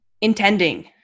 intending